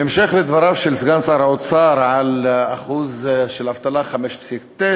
בהמשך לדבריו של סגן שר האוצר על שיעור אבטלה של 5.9%,